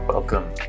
Welcome